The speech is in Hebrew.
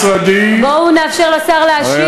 אני אבדוק במשרדי, בואו נאפשר לשר להשיב.